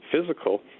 physical